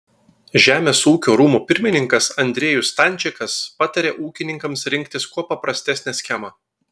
žemės ūkio rūmų pirmininkas andriejus stančikas patarė ūkininkams rinktis kuo paprastesnę schemą